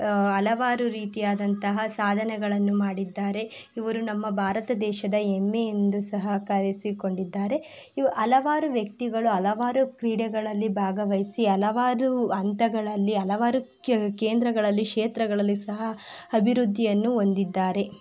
ಹಲವಾರು ರೀತಿಯಾದಂತಹ ಸಾಧನೆಗಳನ್ನು ಮಾಡಿದ್ದಾರೆ ಇವರು ನಮ್ಮ ಭಾರತ ದೇಶದ ಹೆಮ್ಮೆ ಎಂದು ಸಹ ಕರೆಸಿಕೊಂಡಿದ್ದಾರೆ ಇವ ಹಲವಾರು ವ್ಯಕ್ತಿಗಳು ಹಲವಾರು ಕ್ರೀಡೆಗಳಲ್ಲಿ ಭಾಗವಹಿಸಿ ಹಲವಾರು ಹಂತಗಳಲ್ಲಿ ಹಲವಾರು ಕೇಂದ್ರಗಳಲ್ಲಿ ಕ್ಷೇತ್ರಗಳಲ್ಲಿ ಸಹ ಅಭಿವೃದ್ಧಿಯನ್ನು ಹೊಂದಿದ್ದಾರೆ